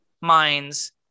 minds